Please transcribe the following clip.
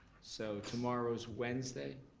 so tomorrow's wednesday,